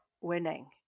winning